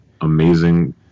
amazing